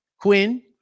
Quinn